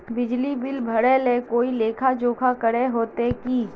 बिजली बिल भरे ले कोई लेखा जोखा करे होते की?